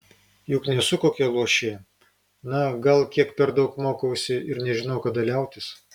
juk nesu kokia luošė na gal kiek per daug mokausi ir nežinau kada liautis